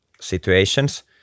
situations